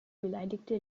beleidigte